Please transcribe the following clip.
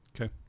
Okay